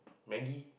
Maggi